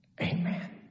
Amen